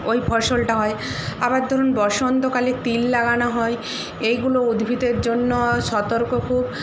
ওই ফসলটা হয় আবার ধরুন বসন্তকালে তিল লাগানো হয় এইগুলো উদ্ভিদের জন্য সতর্ক খুব